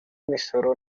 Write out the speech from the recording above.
imisoro